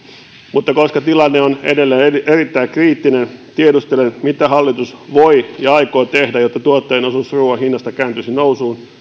mutta koska tilanne on edelleen erittäin kriittinen tiedustelen mitä hallitus voi ja aikoo tehdä jotta tuottajan osuus ruuan hinnasta kääntyisi nousuun